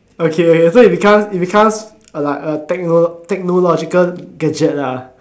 okay so it becomes it becomes a techno~ technological gadget lah